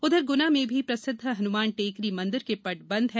उधर गुना में भी प्रसिद्व हनुमान टेकरी मंदिर के पट भी बंद हैं